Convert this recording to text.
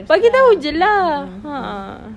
bagi tahu saja lah a'ah